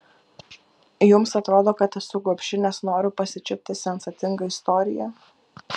jums atrodo kad esu gobši nes noriu pasičiupti sensacingą istoriją